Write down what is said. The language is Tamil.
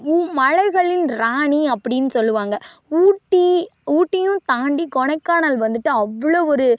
மு மலைகளின் ராணி அப்படின் சொல்லுவாங்க ஊட்டி ஊட்டியும் தாண்டி கொடைக்கானல் வந்துட்டு அவ்வளோ ஒரு